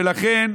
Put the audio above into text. ולכן,